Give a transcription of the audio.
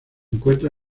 encuentra